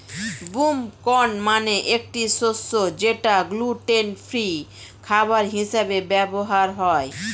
broom corn মানে একটি শস্য যেটা গ্লুটেন ফ্রি খাবার হিসেবে ব্যবহার হয়